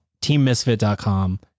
teammisfit.com